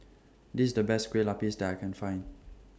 This IS The Best Kue Lupis that I Can Find